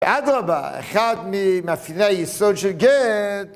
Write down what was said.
עד רבה, אחד ממאפיני היסוד של גט